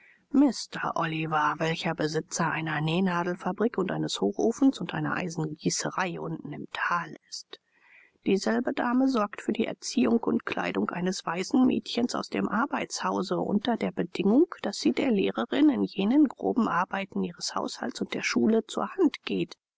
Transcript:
oliver welcher besitzer einer nähnadelfabrik und eines hochofens und einer eisengießerei unten im thal ist dieselbe dame sorgt für die erziehung und kleidung eines waisenmädchens aus dem arbeitshause unter der bedingung daß sie der lehrerin in jenen groben arbeiten ihres haushalts und der schule zur hand geht